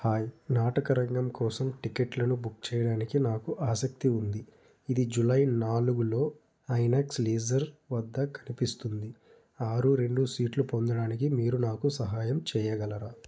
hi నాటకరంగం కోసం టికెట్లను బుక్ చెయ్యడానికి నాకు ఆసక్తి ఉంది ఇది జులై నాలుగులో ఐనాక్స్ లీజర్ వద్ద కనిపిస్తుంది ఆరు రెండు సీట్లు పొందడానికి మీరు నాకు సహాయం చెయ్యగలరా